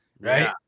right